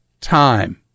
time